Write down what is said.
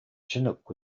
chinook